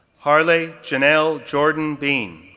harleigh janelle jordan bean,